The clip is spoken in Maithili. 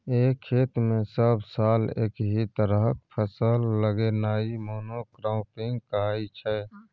एक खेत मे सब साल एकहि तरहक फसल लगेनाइ मोनो क्राँपिंग कहाइ छै